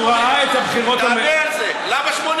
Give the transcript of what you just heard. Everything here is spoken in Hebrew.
הוא ראה את הבחירות, אתה מבין למה אתם פחדנים?